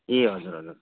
ए हजुर हजुर